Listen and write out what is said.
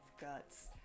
guts